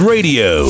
Radio